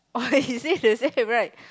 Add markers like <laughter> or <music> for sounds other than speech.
<laughs> or is it the same right